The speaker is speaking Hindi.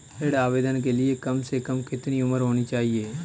ऋण आवेदन के लिए कम से कम कितनी उम्र होनी चाहिए?